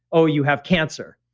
oh, you have cancer,